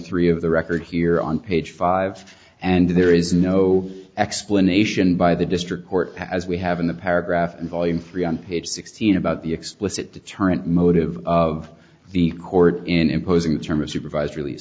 three of the record here on page five and there is no explanation by the district court as we have in the paragraph in volume three on page sixteen about the explicit deterrent motive of the court in imposing the term of supervised release